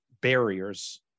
barriers